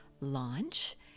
launch